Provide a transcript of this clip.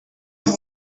est